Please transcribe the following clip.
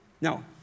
Now